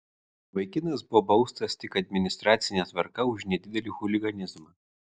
vaikinas buvo baustas tik administracine tvarka už nedidelį chuliganizmą